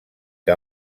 que